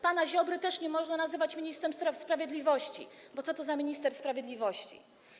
Pana Ziobry też nie można nazywać ministrem sprawiedliwości, bo co to za minister sprawiedliwości?